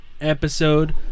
episode